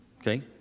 Okay